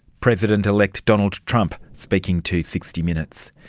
president-elect donald trump speaking to sixty minutes.